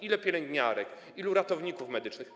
Ile pielęgniarek, ilu ratowników medycznych?